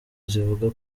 zivuga